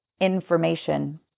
information